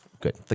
Good